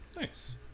Nice